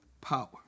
power